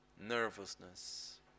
nervousness